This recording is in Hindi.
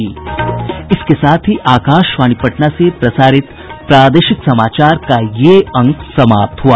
इसके साथ ही आकाशवाणी पटना से प्रसारित प्रादेशिक समाचार का ये अंक समाप्त हुआ